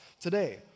today